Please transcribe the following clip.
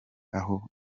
aho